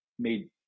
made